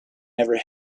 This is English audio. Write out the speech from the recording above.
never